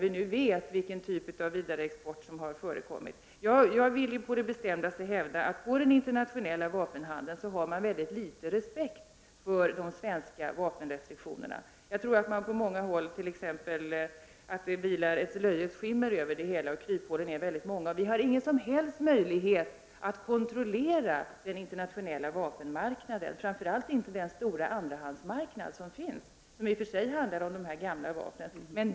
Vi vet ju vilken typ av vidareexport som har förekommit. Jag vill på det bestämdaste hävda att man inom den internationella vapenhandeln har väldigt liten respekt för svenska vapenrestriktioner. Jag tror att man på många håll tycker att det vilar ett löjets skimmer över det hela. Kryphålen är många. Vi har ingen som helst möjlighet att kontrollera den internationella vapenmarknaden, framför allt inte den stora andrahandsmarknaden, som i och för sig rör de gamla vapnen.